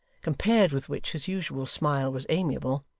compared with which his usual smile was amiable,